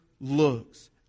looks